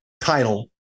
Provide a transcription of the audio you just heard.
title